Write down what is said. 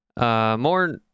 More